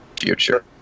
future